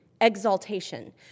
exaltation